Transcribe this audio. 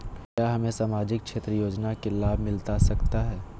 क्या हमें सामाजिक क्षेत्र योजना के लाभ मिलता सकता है?